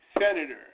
senator